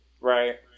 Right